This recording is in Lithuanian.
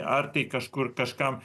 ar tai kažkur kažkam